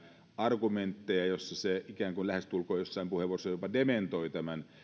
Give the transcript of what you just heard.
argumentteja joissa se joissain puheenvuoroissa ikään kuin lähestulkoon jopa dementoi tämän